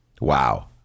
Wow